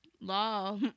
law